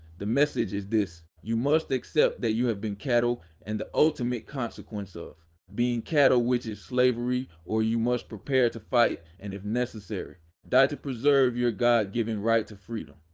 the message is this you must accept that you have been cattle and the ultimate consequence of being cattle which is slavery or you must prepare to fight, and if necessary die to preserve your god-given right to freedom.